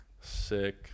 Sick